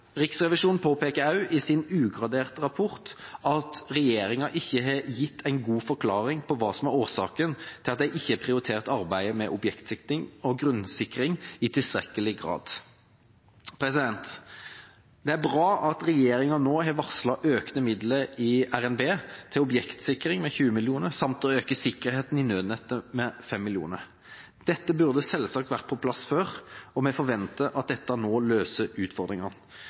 Riksrevisjonen påpeker også, i sin ugraderte rapport, at regjeringa ikke har gitt en god forklaring på hva som er årsaken til at de ikke har prioritert arbeidet med objektsikring og grunnsikring i tilstrekkelig grad. Det er bra at regjeringa nå har varslet økte midler i revidert nasjonalbudsjett til objektsikring, 20 mill. kr, samt at den vil øke sikkerheten i nødnettet, 5 mill. kr. Dette burde selvsagt vært på plass før, og vi forventer at det nå løser utfordringene.